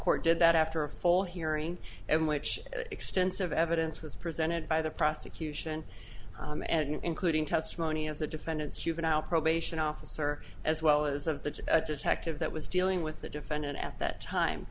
court did that after a full hearing and which extensive evidence was presented by the prosecution including testimony of the defendant's juvenile probation officer as well as of the detective that was dealing with the defendant at that time